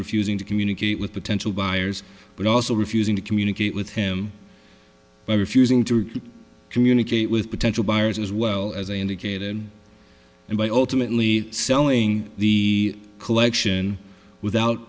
refusing to communicate with potential buyers but also refusing to communicate with him by refusing to communicate with potential buyers as well as i indicated and and by ultimately selling the collection without